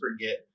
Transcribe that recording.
forget